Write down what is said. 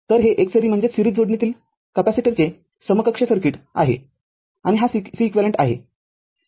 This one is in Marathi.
तर हे एकसरी जोडणीतील कॅपेसिटरचे समकक्ष सर्किट आहेआणि हा Ceq आहे